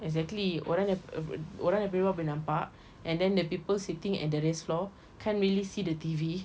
exactly orang dari orang dari luar boleh nampak and then the people sitting at the raised floor can't really see the T_V